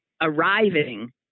arriving